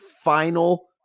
final